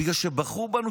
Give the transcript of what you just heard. בגלל שבחרו בנו,